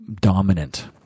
dominant